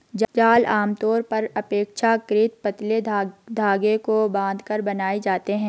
जाल आमतौर पर अपेक्षाकृत पतले धागे को बांधकर बनाए जाते हैं